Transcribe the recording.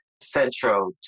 central